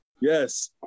yes